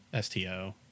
STO